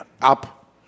up